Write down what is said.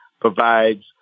provides